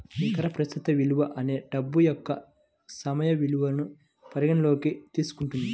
నికర ప్రస్తుత విలువ అనేది డబ్బు యొక్క సమయ విలువను పరిగణనలోకి తీసుకుంటుంది